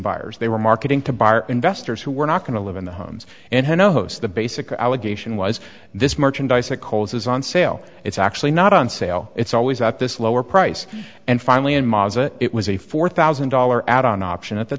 buyers they were marketing to buyer investors who were not going to live in the homes and who knows the basic allegation was this merchandise at coles is on sale it's actually not on sale it's always at this lower price and finally in maza it was a four thousand dollar ad on option at the